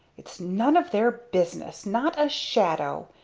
its none of their business! not a shadow!